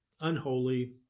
unholy